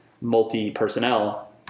multi-personnel